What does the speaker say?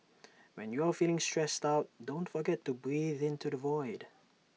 when you are feeling stressed out don't forget to breathe into the void